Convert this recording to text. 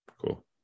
Cool